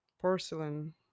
porcelain